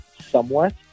somewhat